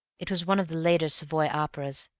it was one of the later savoy operas,